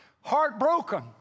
heartbroken